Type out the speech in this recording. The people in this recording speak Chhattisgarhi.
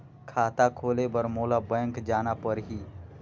खाता खोले बर मोला बैंक जाना परही?